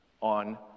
on